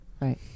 Right